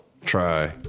try